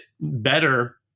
better